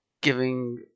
giving